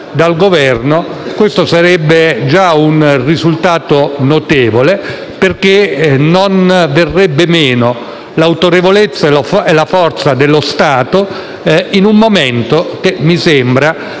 Governo, sarebbe già un risultato notevole, perché non verrebbero meno l'autorevolezza e la forza dello Stato in un momento che mi sembra